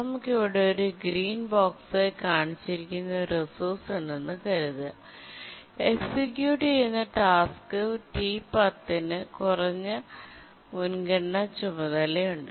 നമുക്ക് ഇവിടെ ഒരു ഗ്രീൻ ബോക്സായി കാണിച്ചിരിക്കുന്ന ഒരു റിസോഴ്സ് ഉണ്ടെന്ന് കരുതുക എക്സിക്യൂട്ട് ചെയ്യുന്ന ടാസ്ക് T10 ന് കുറഞ്ഞ മുൻഗണനാ ചുമതലയുണ്ട്